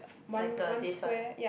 like uh this one